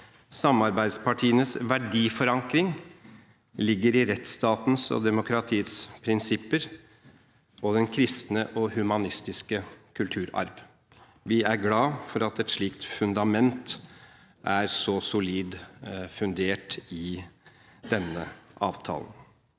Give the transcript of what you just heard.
«Samarbeidspartienes verdiforankring ligger i rettsstatens og demokratiets prinsipper, og den kristne og humanistiske kulturarv.» Vi er glad for at et slikt fundament er så solid fundert i denne avtalen.